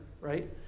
right